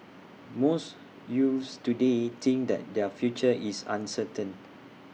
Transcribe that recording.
most youths today think that their future is uncertain